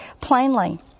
plainly